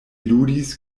ludis